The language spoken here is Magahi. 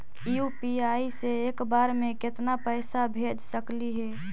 यु.पी.आई से एक बार मे केतना पैसा भेज सकली हे?